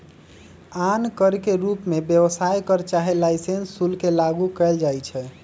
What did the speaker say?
आन कर के रूप में व्यवसाय कर चाहे लाइसेंस शुल्क के लागू कएल जाइछै